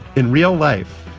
in real life,